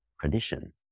tradition